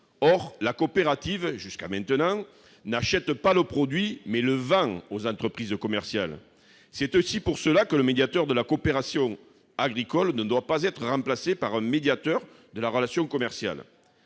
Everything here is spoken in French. Or la coopérative, jusqu'à présent, n'achète pas le produit, mais le vend aux entreprises commerciales. C'est aussi pour cela que le médiateur de la coopération agricole ne doit pas être remplacé par un médiateur de la relation commerciale.